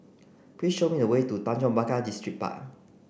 please show me the way to Tanjong Pagar Distripark